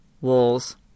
walls